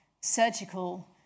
surgical